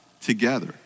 together